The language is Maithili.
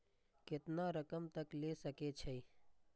केतना रकम तक ले सके छै?